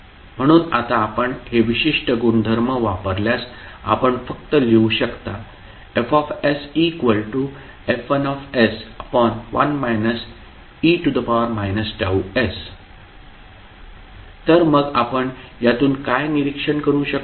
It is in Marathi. म्हणून आता आपण हे विशिष्ट गुणधर्म वापरल्यास आपण फक्त लिहू शकता FsF11 e Ts तर मग आपण यातून काय निरीक्षण करू शकतो